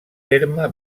terme